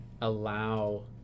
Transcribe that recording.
allow